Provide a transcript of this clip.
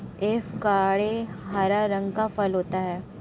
avocado हरा रंग का फल होता है